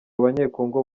abanyekongo